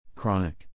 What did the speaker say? Chronic